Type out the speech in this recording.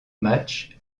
match